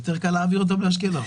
יותר קל להעביר אותם לאשקלון...